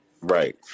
right